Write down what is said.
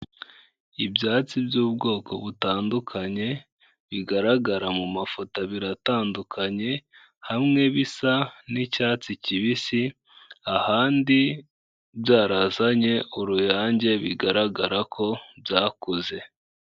Ibyatsi by'ubwoko butandukanye, bigaragara mu mafoto abiri atandukanye, hamwe bisa n'icyatsi kibisi, ahandi byarazanye uruyange bigaragara ko byakuze.